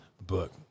book